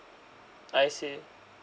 I see